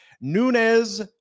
Nunez